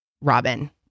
Robin